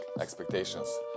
expectations